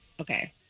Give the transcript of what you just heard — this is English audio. Okay